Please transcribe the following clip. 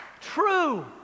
True